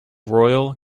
royal